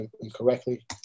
incorrectly